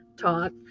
talk